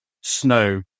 snow